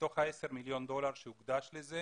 מתוך עשרה מיליון דולר שהוקדשו לזה